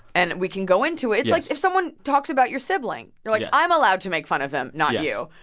and we can go into it yes it's like if someone talks about your sibling. you're like, yeah i'm allowed to make fun of them, not you.